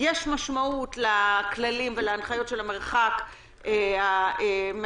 יש משמעות לכללים ולהנחיות של המרחק מאחרים,